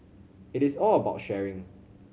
it is all about sharing